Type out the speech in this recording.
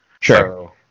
Sure